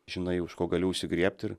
žinai už ko gali užsigriebti